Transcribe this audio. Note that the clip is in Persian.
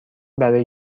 برای